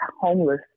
homeless